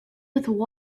with